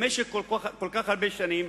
במשך כל כך הרבה שנים,